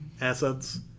assets